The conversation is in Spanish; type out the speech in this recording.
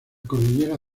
cordillera